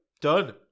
done